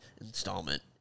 installment